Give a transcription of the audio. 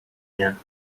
mint